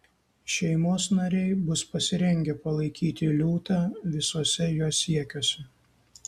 šeimos nariai bus pasirengę palaikyti liūtą visuose jo siekiuose